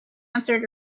answered